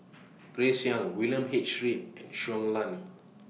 Grace Young William H Read and Shui Lan